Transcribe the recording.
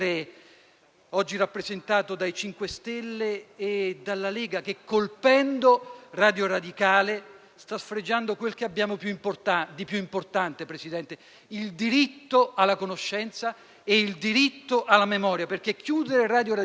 oggi rappresentato dai 5 Stelle e dalla Lega che, colpendo Radio Radicale, sta sfregiando quello che abbiamo di più importante, signor Presidente, il diritto alla conoscenza e il diritto alla memoria, perché chiudere Radio Radicale